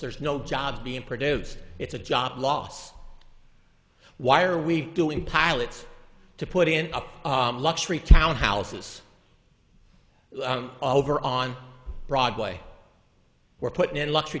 there's no jobs being produced it's a job loss why are we doing pilots to put in a luxury townhouses over on broadway were put in luxury